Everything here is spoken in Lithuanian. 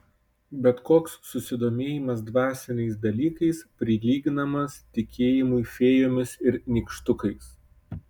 bet koks susidomėjimas dvasiniais dalykais prilyginamas tikėjimui fėjomis ir nykštukais